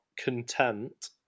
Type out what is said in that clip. content